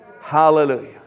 hallelujah